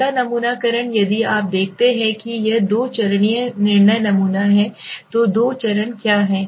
कोटा नमूनाकरण यदि आप देखते हैं कि यह दो चरणीय निर्णय नमूना है तो दो चरण क्या है